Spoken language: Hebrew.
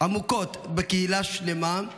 עמוקות קהילה שלמה,